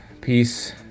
Peace